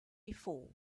before